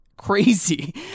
crazy